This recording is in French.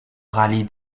rallye